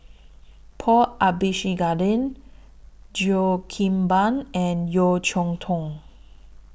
Paul Abisheganaden Cheo Kim Ban and Yeo Cheow Tong